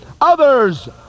others